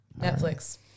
Netflix